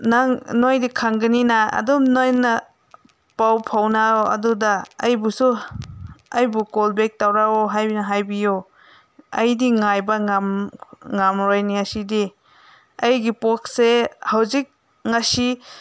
ꯅꯪ ꯅꯣꯏꯗꯤ ꯈꯪꯒꯅꯤꯅ ꯑꯗꯨꯝ ꯅꯣꯏꯅ ꯄꯥꯎ ꯐꯥꯎꯅꯧ ꯑꯗꯨꯗ ꯑꯩꯕꯨꯁꯨ ꯑꯩꯕꯨ ꯀꯣꯜ ꯕꯦꯛ ꯇꯧꯔꯛꯎ ꯍꯥꯏꯅ ꯍꯥꯏꯕꯤꯌꯣ ꯑꯩꯗꯤ ꯉꯥꯏꯕ ꯉꯝꯃꯔꯣꯏꯅꯦ ꯑꯁꯤꯗꯤ ꯑꯩꯒꯤ ꯄꯣꯠꯁꯦ ꯍꯧꯖꯤꯛ ꯉꯁꯤ